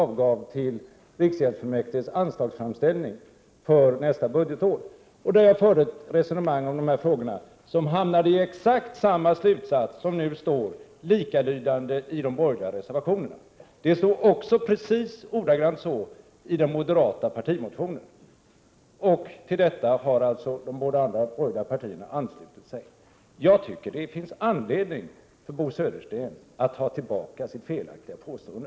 1987/88:80 riksgäldsfullmäktiges anslagsframställning för nästa budgetår, där jag förde 2 mars 1988 ett resonemang om de här frågorna som hamnade i exakt samma slutsats som nu står i den borgerliga reservationen. Det stod också precis ordagrant så i den moderata partimotionen, och till detta har alltså de andra borgerliga partierna anslutit sig. Jag tycker att det finns anledning för Bo Södersten att ta tillbaka sitt felaktiga påstående.